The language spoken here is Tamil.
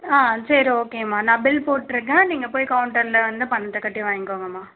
ஆ சரி ஓகேம்மா நான் பில் போட்டுருக்கேன் நீங்கள் போய் கவுண்டரில் வந்து பணத்தை கட்டி வாங்கிக்கோங்கம்மா